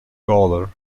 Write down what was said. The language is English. gawler